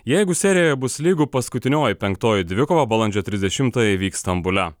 jeigu serijoje bus lygu paskutinioji penktoji dvikova balandžio trisdešimtąją įvyks stambule